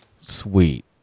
Sweet